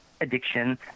addiction